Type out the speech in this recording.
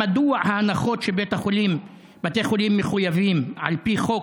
מדוע ההנחות שבתי חולים מחויבים על פי חוק